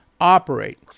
operate